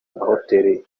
amahoteli